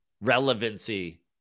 relevancy